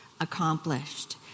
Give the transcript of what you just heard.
accomplished